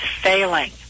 failing